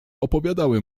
opowiadały